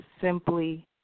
simply